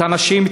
את הנשים,